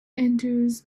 enters